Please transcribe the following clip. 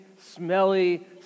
smelly